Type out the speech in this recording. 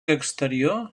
exterior